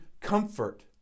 comfort